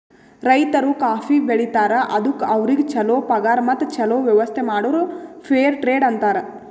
ರೈತರು ಕಾಫಿ ಬೆಳಿತಾರ್ ಅದುಕ್ ಅವ್ರಿಗ ಛಲೋ ಪಗಾರ್ ಮತ್ತ ಛಲೋ ವ್ಯವಸ್ಥ ಮಾಡುರ್ ಫೇರ್ ಟ್ರೇಡ್ ಅಂತಾರ್